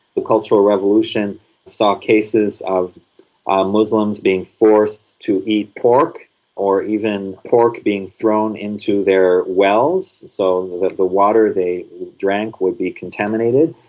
the cultural revolution saw cases of muslims being forced to eat pork or even pork being thrown into their wells so that the water they drank would be contaminated.